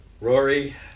Rory